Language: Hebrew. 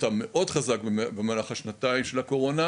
אותה מאוד חזק במהלך השנתיים של הקורונה,